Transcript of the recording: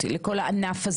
לכל הענף,